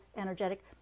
energetic